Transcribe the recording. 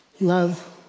Love